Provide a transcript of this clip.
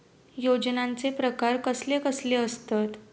योजनांचे प्रकार कसले कसले असतत?